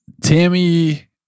Tammy